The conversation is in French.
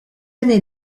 année